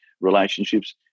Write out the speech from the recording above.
relationships